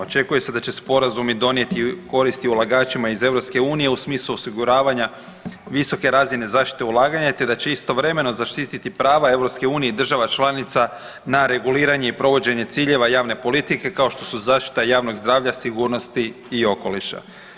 Očekuje se da će sporazumi donijeti koristi ulagačima iz EU u smislu osiguravanja visoke razine zaštite ulaganja, te da će istovremeno zaštititi prava EU i država članica na reguliranje i provođenje ciljeva javne politike kao što su zaštita javnog zdravlja, sigurnosti i okoliša.